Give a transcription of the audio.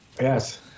Yes